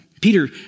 Peter